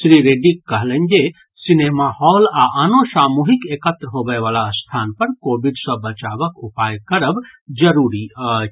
श्री रेड्डी कहलनि जे cinema hall आ आनो सामूहिक एकत्र होबयवला स्थान पर कोविड सँ बचावक उपाय करब जरूरी अछि